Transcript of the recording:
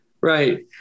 right